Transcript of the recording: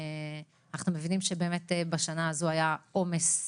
אנחנו מבינים שבשנה הזו היה עומס רב.